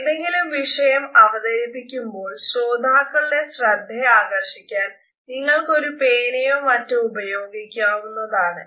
എന്തെങ്കിലും വിഷയം അവതരിപ്പിക്കുമ്പോൾ ശ്രോതാക്കളുടെ ശ്രദ്ധയാകർഷിക്കാൻ നിങ്ങൾക്കൊരു പേനയോ മറ്റോ ഉപയോഗിക്കാവുന്നതാണ്